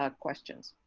ah questions.